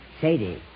Sadie